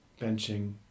benching